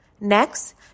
Next